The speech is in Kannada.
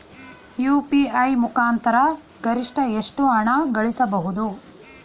ಯು.ಪಿ.ಐ ಮುಖಾಂತರ ಗರಿಷ್ಠ ಎಷ್ಟು ಹಣ ಕಳಿಸಬಹುದು?